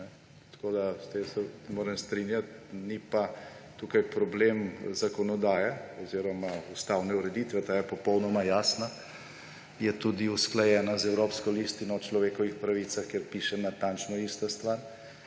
Tako da se moram s tem strinjati, ni pa tukaj problem zakonodaje oziroma ustavne ureditve. Ta je popolnoma jasna, je tudi usklajena z Evropsko listino o človekovih pravicah, kjer piše natančno ista stvar.